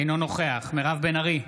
אינו נוכח מירב בן ארי,